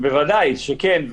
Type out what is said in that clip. בוודאי שכן.